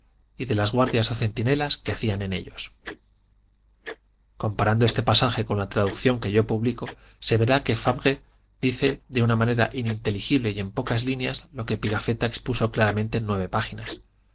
y de las guardias o centinelas que hacían en ellos comparando este pasaje con la traducción que yo publico se verá que fabre dice de una manera ininteligible y en pocas líneas lo que pigafetta expuso claramente en nueve páginas